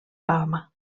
palma